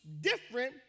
different